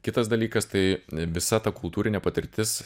kitas dalykas tai visa ta kultūrinė patirtis